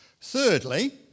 Thirdly